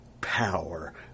power